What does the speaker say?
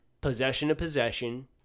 possession-to-possession